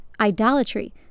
idolatry